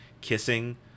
kissing